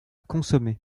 consommer